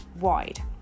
wide